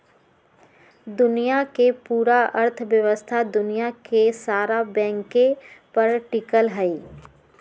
दुनिया के पूरा अर्थव्यवस्था दुनिया के सारा बैंके पर टिकल हई